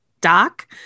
Doc